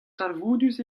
talvoudus